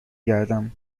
گردم